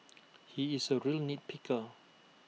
he is A real nit picker